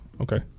Okay